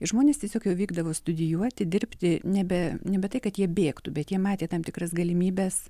žmonės tiesiog jau vykdavo studijuoti dirbti nebe nebe tai kad jie bėgtų bet jie matė tam tikras galimybes